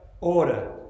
order